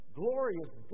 glorious